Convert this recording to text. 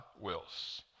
wills